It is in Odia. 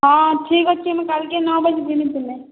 ହଁ ଠିକ ଅଛି ମୁଁ କାଲ୍କେ ନଅ ବଜେ ଜିମି ଥିଲେ